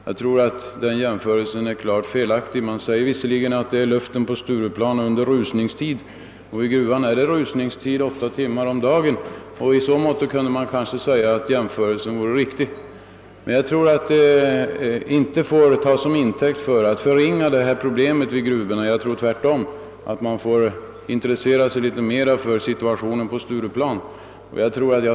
Jag tror att den jämförelsen är klart felaktig. Man säger visserligen att det gäller luften på Stureplan under rusningstid, men i gruvan är det rusningstid åtta timmar om dagen — på så sätt kan jämförelsen sägas vara riktig. Man får emellertid inte åberopa detta för att förringa problemet i gruvorna. Snarare anser jag att man bör intressera sig mer för situationen vid Stureplan.